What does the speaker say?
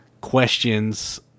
questions